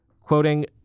Quoting